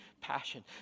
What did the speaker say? passion